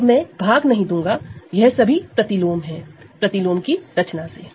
तो अब मैं भाग नहीं दूंगा यह सभी प्रतिलोम है प्रतिलोम की रचना से